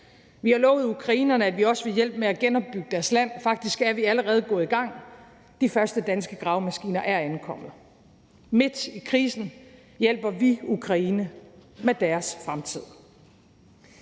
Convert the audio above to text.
Vi har lovet ukrainerne, at vi også vil hjælpe med at genopbygge deres land, og faktisk er vi allerede gået i gang: De første danske gravemaskiner er ankommet. Midt i krisen hjælper vi Ukraine med at bygge fremtiden.